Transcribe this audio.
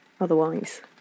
otherwise